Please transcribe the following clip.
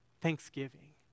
Thanksgiving